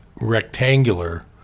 rectangular